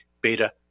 beta